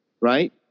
right